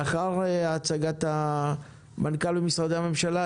לאחר הצגת המנכ"ל ומשרדי הממשלה,